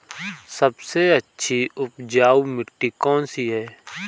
सबसे अच्छी उपजाऊ मिट्टी कौन सी है?